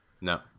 No